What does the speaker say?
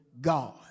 God